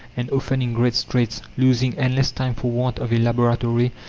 and often in great straits, losing endless time for want of a laboratory,